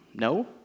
No